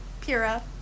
Pura